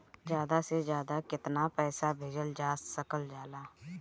ज्यादा से ज्यादा केताना पैसा भेजल जा सकल जाला?